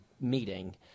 meeting